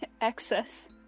excess